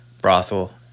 brothel